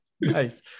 Nice